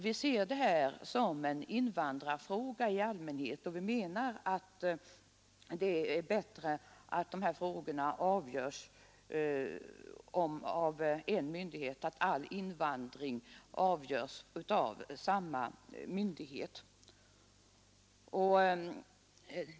Vi ser det här som en invandrarfråga i allmänhet, och vi menar att det är bättre att alla invandrarfrågor avgörs av samma myndighet.